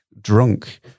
drunk